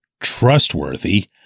trustworthy